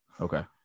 Okay